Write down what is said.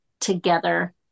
together